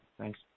Thanks